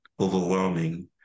overwhelming